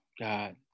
God